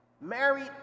married